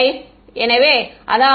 மாணவர் எனவே அதாவது